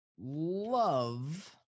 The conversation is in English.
love